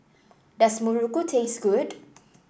does muruku taste good